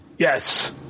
Yes